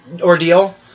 ordeal